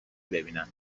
ببینند